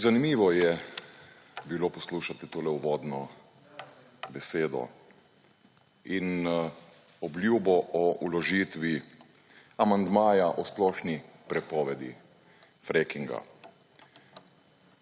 Zanimivo je bilo poslušati tole uvodno besedo. In obljubo o vložitvi amandmaja o splošni prepovedi frackinga.